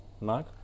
Mark